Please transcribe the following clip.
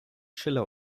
schiller